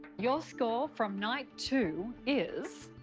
your score from night two is.